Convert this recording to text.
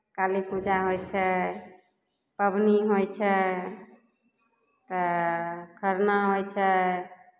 काली पूजा होइ छै पावनि होइ छै तऽ खरना होइ छै